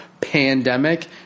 pandemic